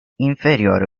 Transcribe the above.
inferiore